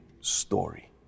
story